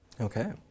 Okay